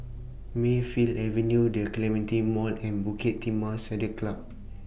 Mayfield Avenue The Clementi Mall and Bukit Timah Saddle Club